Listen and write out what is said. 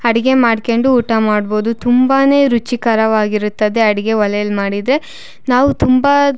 ಅಡಿಗೆ ಮಾಡ್ಕೊಂಡು ಊಟ ಮಾಡ್ಬೋದು ತುಂಬಾ ರುಚಿಕರವಾಗಿರುತ್ತದೆ ಅಡಿಗೆ ಒಲೆಲಿ ಮಾಡಿದರೆ ನಾವು ತುಂಬ